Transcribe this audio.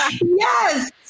Yes